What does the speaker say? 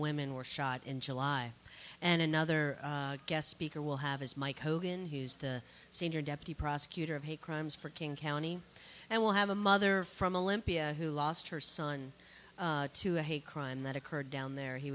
women were shot in july and another guest speaker will have his mike hogan who's the senior deputy prosecutor of hate crimes for king county and will have a mother from a limpia who lost her son to a hate crime that occurred down there he